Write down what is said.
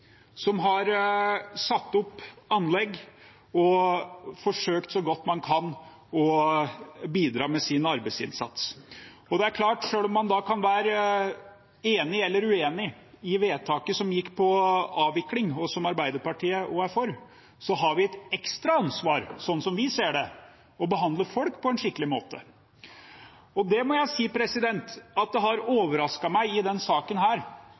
som har satt opp anlegg og forsøkt så godt de kan å bidra med sin arbeidsinnsats. Selv om man kan være enig eller uenig i vedtaket om avvikling, som Arbeiderpartiet er for, har vi et ekstra ansvar, slik vi ser det, for å behandle folk på en skikkelig måte. Jeg må si at det har overrasket meg at andre partier som også har vært på linje med oss i